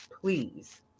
please